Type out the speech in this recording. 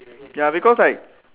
ya because like